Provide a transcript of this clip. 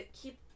keep